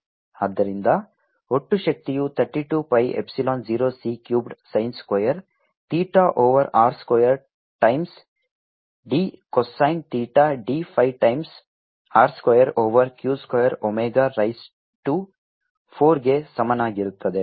ಆದ್ದರಿಂದ ಒಟ್ಟು ಶಕ್ತಿಯು 32 pi epsilon 0 c cubed sin square theta over r square times d cosine theta d phi times r square over q square omega raise to 4 ಗೆ ಸಮನಾಗಿರುತ್ತದೆ